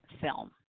film